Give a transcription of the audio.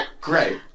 great